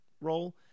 role